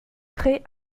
prêt